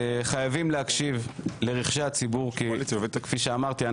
חייבים להקשיב לרחשי הציבור כי כפי שאמרתי,